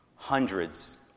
hundreds